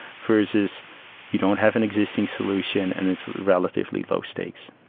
versus you don't have an existing solution and its relatively low stakes.